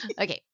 Okay